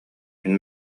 мин